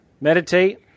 meditate